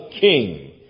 king